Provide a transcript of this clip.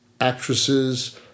actresses